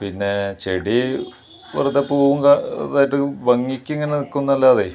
പിന്നെ ചെടി വെറുതേ പൂവും കാ ഇതായിട്ട് ഭംഗിക്കിങ്ങനെ നിൽക്കും എന്നല്ലാതെ